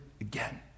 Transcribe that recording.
Again